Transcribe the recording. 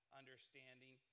understanding